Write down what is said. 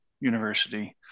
University